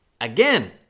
again